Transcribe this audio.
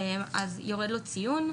יורד לו ציון,